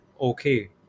okay